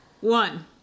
One